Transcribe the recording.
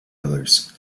others